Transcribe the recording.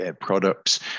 products